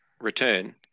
return